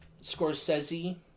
Scorsese